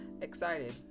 excited